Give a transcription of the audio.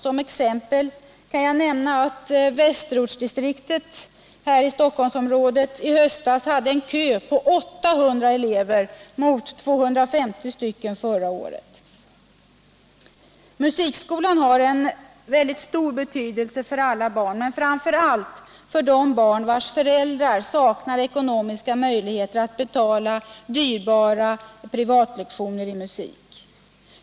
Som exempel kan jag nämna att Västerortsdistriktet i Stockholmsområdet i höstas hade en kö på 800 elever mot 250 stycken förra året. Musikskolan har en väldigt stor betydelse för alla barn, men framför allt för de barn vars föräldrar saknar ekonomiska möjligheter att betala dyrbara privatlektioner i musik.